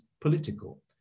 political